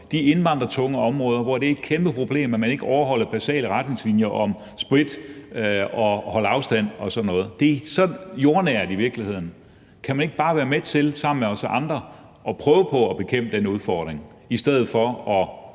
de indvandrertunge områder, hvor det er et kæmpe problem, at man ikke overholder basale retningslinjer om sprit og om at holde afstand og sådan noget. Det er i virkeligheden så jordnært. Kan man ikke bare være med til sammen med os andre at prøve på at bekæmpe den udfordring i stedet for at